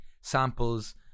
samples